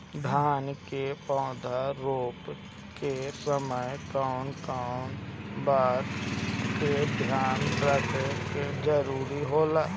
धान के पौधा रोप के समय कउन कउन बात के ध्यान रखल जरूरी होला?